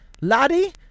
Laddie